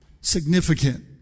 significant